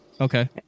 Okay